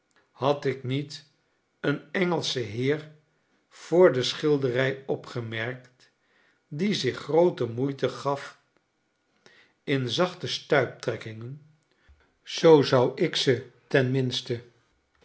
had ik niet een engelsch heer voor de schilderij opgemerkt die zich groote moeite gaf in zachte stuiptrekkingen